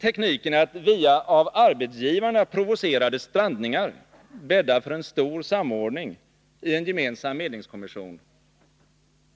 Tekniken att via av arbetsgivarna provocerade strandningar bädda för en stor samordning i en gemensam medlingskommission